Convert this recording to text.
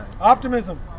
Optimism